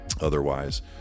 otherwise